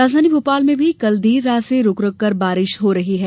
राज धानी भोपाल में भी कल देर रात से रुक रुक कर बारिश हो रही है